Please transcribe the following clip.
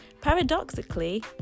Paradoxically